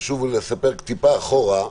ושוב לספר טיפה אחורה,